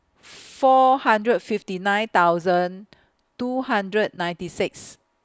four hundred fifty nine thousand two hundred ninety six